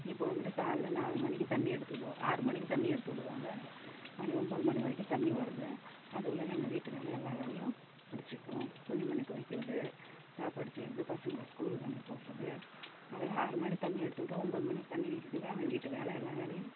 இப்போ வந்துவிட்டு காலையில் நாலு மணிக்கு தண்ணி எடுத்துவிடுவோம் ஆறு மணிக்கு தண்ணி எடுத்துவிடுவாங்க மணி ஒம்பது மணி வரைக்கும் தண்ணி வருது அதுக்குள்ளே நாங்கள் வீட்டு வேலை எல்லா வேலையும் முடிச்சுக்குவோம் துணி மணி துவைக்கிறது சாப்பாடு செய்கிறது பசங்களை ஸ்கூலுக்கு அனுப்பிவிட்றது அதெல்லாம் ஆறு மணி தண்ணி எடுத்துவிட்டா ஒம்பது மணிக்கு தண்ணி நிற்குதுங்க நாங்கள் வீட்டு வேலை எல்லா வேலையும்